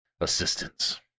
assistance